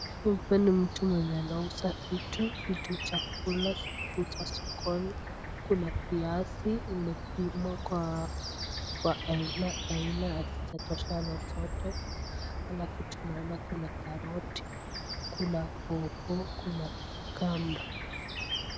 Hapa ni mtu mwenye anauza vitu, vitu chakula zinauzwa sokoni kuna viazi imo kwa aina aina hazijatoshana zote alafu tunaona kuna karoti kuna paw paw kuna cucumber .